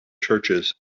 churches